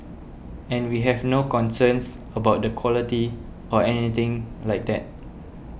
and we have no concerns about the quality or anything like that